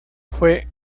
fue